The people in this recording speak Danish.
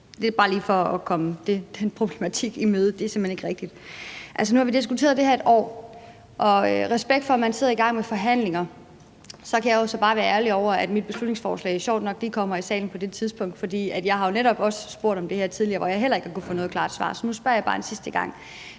for i forhold til den problematik at sige, at det simpelt hen ikke er rigtigt. Nu har vi diskuteret det her i et år, og respekt for, at man sidder og er i gang med forhandlinger, men så kan jeg jo så bare være ærgerlig over, at mit beslutningsforslag sjovt nok lige kommer i salen på det tidspunkt, for jeg har netop også spurgt om det her tidligere, hvor jeg heller ikke har kunnet få noget klart svar. Så nu spørger jeg bare en sidste gang: